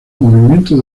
movimiento